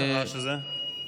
מה זה הרעש הזה?